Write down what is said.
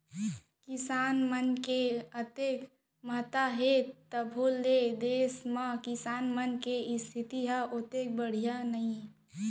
किसानी के अतेक महत्ता हे तभो ले देस म किसान मन के इस्थिति ह ओतेक बड़िहा नइये